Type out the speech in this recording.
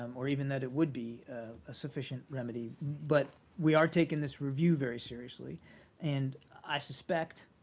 um or even that it would be a sufficient remedy. but we are taking this review very seriously and i suspect,